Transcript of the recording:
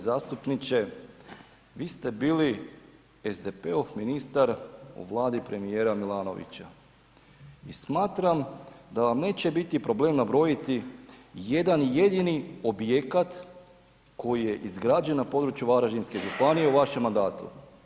Uvaženi zastupniče vi ste bili SDP-ov ministar u vladi premijera Milanovića i smatram da vam neće biti problem nabrojiti jedan jedini objekat koji je izgrađen na području Varaždinske županije u vašem mandatu.